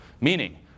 Meaning